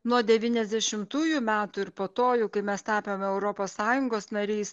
nuo devyniasdešimtųjų metų ir po to jau kai mes tapome europos sąjungos nariais